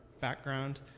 background